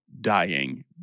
dying